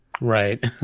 right